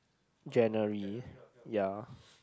January ya